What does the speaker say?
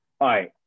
right